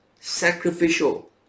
sacrificial